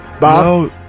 Bob